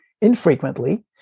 infrequently